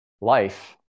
Life